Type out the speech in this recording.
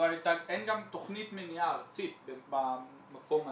אין גם תוכנית מניעה ארצית במקום הזה.